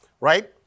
right